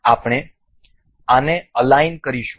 આપણે આને અલાઈન કરીશું